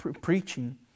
preaching